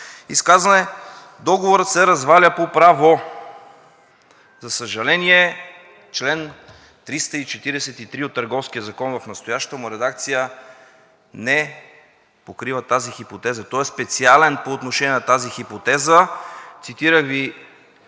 изказване, „договорът се разваля по право.“ За съжаление, чл. 343 от Търговския закон в настоящата му редакция не покрива тази хипотеза. Той е специален по отношение на тази хипотеза. Цитирах Ви